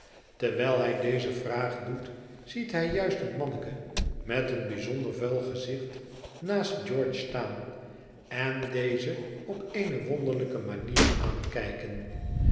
terwijl hij deze vraag doet ziet hij juist een manneke met een bijzonder vuil gezicht naast george staan en dezen op eene wonderlijke manier aankijken